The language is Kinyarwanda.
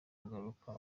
kugaruka